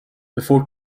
before